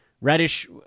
Reddish